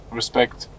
respect